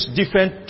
different